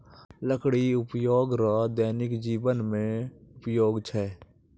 लकड़ी उपयोग रो दैनिक जिवन मे उपयोग छै